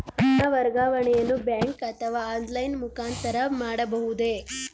ಹಣ ವರ್ಗಾವಣೆಯನ್ನು ಬ್ಯಾಂಕ್ ಅಥವಾ ಆನ್ಲೈನ್ ಮುಖಾಂತರ ಮಾಡಬಹುದೇ?